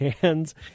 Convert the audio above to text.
hands